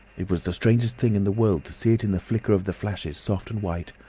it was the strangest thing in the world to see it in the flicker of the flashes soft and white,